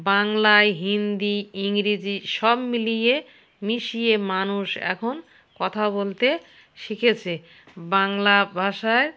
বাংলায় হিন্দি ইংরিজি সব মিলিয়ে মিশিয়ে মানুষ এখন কথা বলতে শিখেছে বাংলা ভাষায়